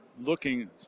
looking